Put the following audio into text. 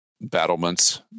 battlements